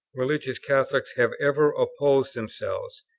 religious catholics have ever opposed themselves,